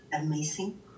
amazing